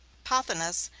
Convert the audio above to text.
pothinus,